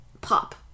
pop